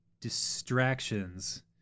distractions